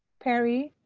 perry?